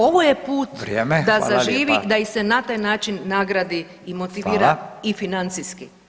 Ovo je put da [[Upadica Radin: Vrijeme, hvala lijepa.]] zaživi da ih se na taj način nagradi i motivira i financijski